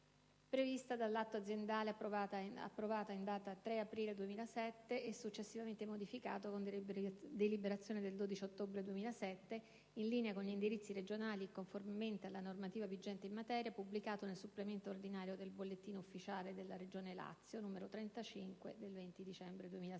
prevista dall'atto aziendale approvato in data 3 aprile 2007 e successivamente modificato con deliberazione del 12 ottobre 2007, in linea con gli indirizzi regionali e conformemente alla normativa vigente in materia, e pubblicato nel supplemento ordinario n. 6 al bollettino ufficiale della Regione Lazio n. 35, del 20 dicembre 2007.